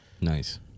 Nice